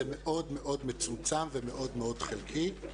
זה מאוד מאוד מצומצם ומאוד חלקי,